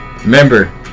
remember